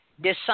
decide